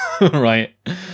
right